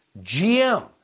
GM